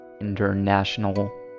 international